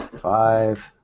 five